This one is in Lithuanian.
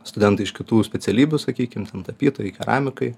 studentai iš kitų specialybių sakykim ten tapytojai keramikai